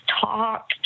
talk